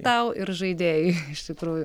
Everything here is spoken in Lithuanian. tau ir žaidėjui iš tikrųjų